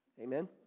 Amen